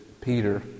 Peter